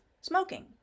smoking